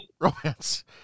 romance